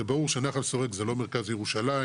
זה ברור שנחל סורק זה לא מרכז ירושלים,